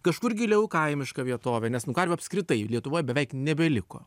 kažkur giliau kaimiška vietovė nes nu karvių apskritai lietuvoj beveik nebeliko